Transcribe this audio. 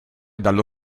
dallo